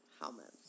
Helmets